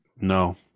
No